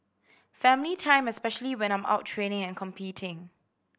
family time especially when I'm out training and competing